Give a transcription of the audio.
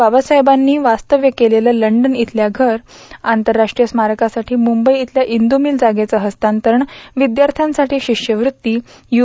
बाबासाहेबांनी वास्तव्य केलेलं लंडन इयला घर आंतरराष्ट्रीय स्मारकासाठी मुंबई इयल्या इंदु मिल जागेचे इस्तांतरण विद्यार्थ्यांसाठी शिष्यवृत्ती यु